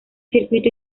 circuito